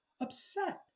upset